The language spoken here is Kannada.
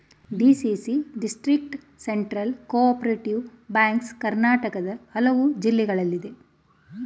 DCC district central cooperative banks ಕರ್ನಾಟಕದ ಹಲವು ಜಿಲ್ಲೆಗಳಲ್ಲಿದೆ